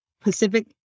Pacific